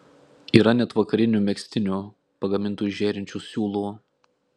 yra net vakarinių megztinių pagamintų iš žėrinčių siūlų